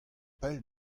pell